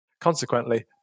Consequently